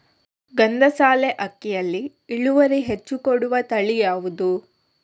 ಗಂಧಸಾಲೆ ಅಕ್ಕಿಯಲ್ಲಿ ಇಳುವರಿ ಹೆಚ್ಚು ಕೊಡುವ ತಳಿ ಯಾವುದು?